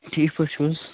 ٹھیٖک پٲٹھۍ چھُو حظ